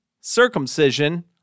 circumcision